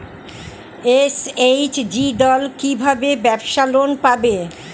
SHG দল কী ভাবে ব্যাবসা লোন পাবে?